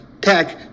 Tech